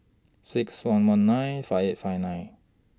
six one one nine five eight five nine